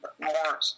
more